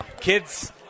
Kids